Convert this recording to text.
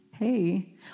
Hey